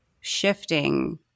shifting